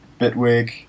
Bitwig